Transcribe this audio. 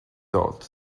thought